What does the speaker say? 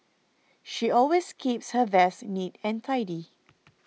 she always keeps her desk neat and tidy